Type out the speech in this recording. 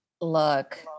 Look